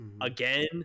again